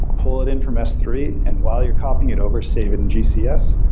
pull it in from s three, and while you're copying it over, save it in gcs.